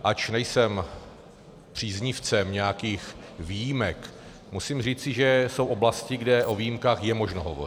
Ač nejsem příznivcem nějakých výjimek, musím říci, že jsou oblasti, kde o výjimkách je možno hovořit.